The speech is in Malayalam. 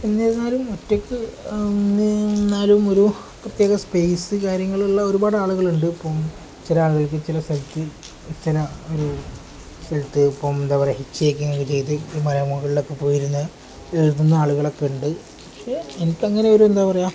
എന്നിരുന്നാലും ഒറ്റക്ക് എന്നാലും ഒരു പ്രത്യേക സ്പേസ് കാര്യങ്ങളുള്ള ഒരുപാട് ആളുകളുണ്ട് ഇപ്പം ചെല ആളുകൾക്ക് ചില സഥലത്ത് ചില ഒരു സലത്ത് ഇപ്പം എന്താ പറയുക ഹിച്ച് ഹൈക്കിങ് ഒക്കെ ചെയ്ത് ഈ മരമുകളിലൊക്കെ പോയിരുന്ന് എഴുതുന്ന ആളുകളൊക്കെ ഉണ്ട് പക്ഷേ എനിക്ക് അങ്ങനെ ഒരു എന്താ പറയുക